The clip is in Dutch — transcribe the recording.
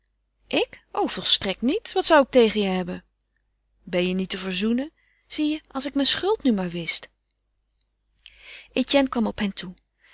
o volstrekt niet wat zou ik tegen je hebben ben je niet te verzoenen zie je als ik mijn schuld nu maar wist etienne kwam op hen toe